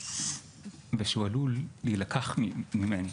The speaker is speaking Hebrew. ושהוא עלול להילקח ממני,